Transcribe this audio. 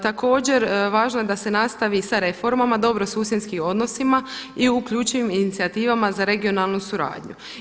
Također važno je da se nastavi sa reformama, dobrosusjedskim odnosima i uključenim inicijativama za regionalnu suradnju.